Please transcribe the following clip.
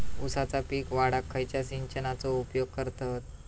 ऊसाचा पीक वाढाक खयच्या सिंचनाचो उपयोग करतत?